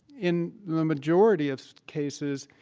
in the majority of cases,